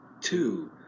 two